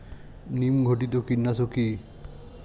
নিম ঘটিত কীটনাশক কি?